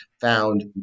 found